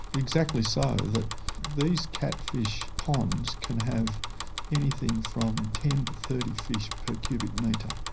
exactly so, that these catfish ponds can have anything from ten to thirty fish per cubic metre.